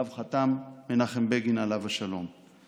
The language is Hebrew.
שעליהם חתם מנחם בגין, עליו השלום.